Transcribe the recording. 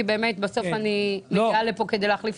כי באמת בסוף אני מגיעה לפה כדי להחליף